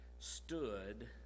stood